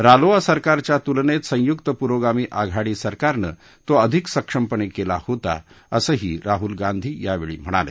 रालोआ सरकारच्या तुलनेत संयुक्त पुरोगामी आघाडी सरकारनं तो अधिक सक्षमपणे केला होता असंही राहुल गांधी यावेळी म्हणाले